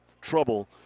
trouble